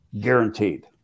guaranteed